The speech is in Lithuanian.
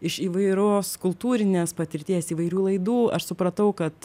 iš įvairos kultūrinės patirties įvairių laidų aš supratau kad